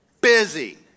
busy